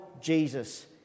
Jesus